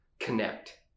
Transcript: connect